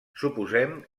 suposem